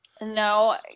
no